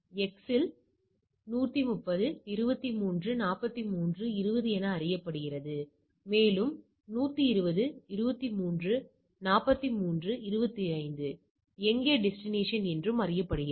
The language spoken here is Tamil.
இது x இல் 130 23 43 20 என அறியப்படுகிறது மேலும் 120 23 43 25 எங்கே டெஸ்டினேஷன் என்றும் அறியப்படுகிறது